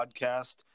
Podcast